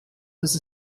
was